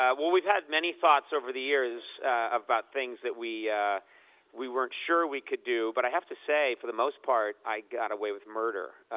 well, we've had many thoughts over the years about things that we we weren't sure we could do. but i have to say, for the most part, i got away with murder.